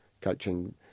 coaching